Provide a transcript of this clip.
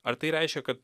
ar tai reiškia kad